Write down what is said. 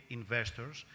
investors